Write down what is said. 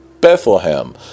Bethlehem